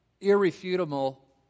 irrefutable